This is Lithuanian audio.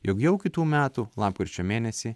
jog jau kitų metų lapkričio mėnesį